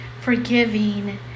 forgiving